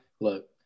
look